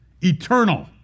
eternal